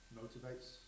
motivates